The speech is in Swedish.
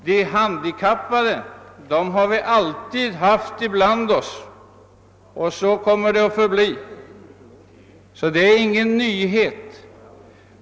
De handikappade har vi alltid haft ibland oss, och så kommer det att förbli. Detta är alltså ingen nyhet.